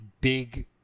big